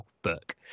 book